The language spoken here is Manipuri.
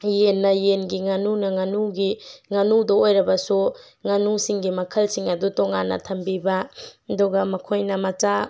ꯌꯦꯟꯅ ꯌꯦꯟꯒꯤ ꯉꯥꯅꯨꯅ ꯉꯥꯅꯨꯒꯤ ꯉꯥꯅꯨꯗ ꯑꯣꯏꯔꯕꯁꯨ ꯉꯥꯅꯨꯁꯤꯡꯒꯤ ꯃꯈꯜꯁꯤꯡ ꯑꯗꯨ ꯇꯣꯉꯥꯟꯅ ꯊꯝꯕꯤꯕ ꯑꯗꯨꯒ ꯃꯈꯣꯏꯅ ꯃꯆꯥ